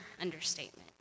understatement